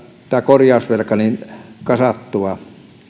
tämä korjausvelka kasattua